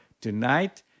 tonight